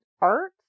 art